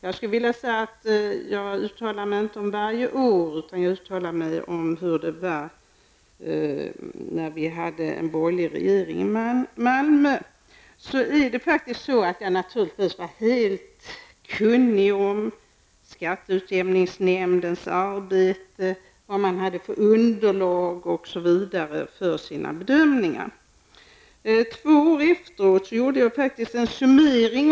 Jag uttalar mig inte om varje särskilt år, utan jag uttalar mig om hur det var när vi hade en borgerlig regering i Malmö. Naturligtvis var jag helt kunnig om skatteutjämningsnämndens arbete, om vad man hade för underlag för sina bedömningar osv. Två år senare gjorde jag faktiskt en summering.